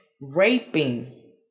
raping